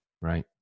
Right